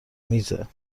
میزه